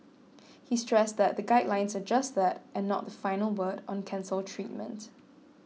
he stressed that the guidelines are just that and not the final word on cancer treatment